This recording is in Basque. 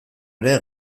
ere